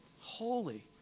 holy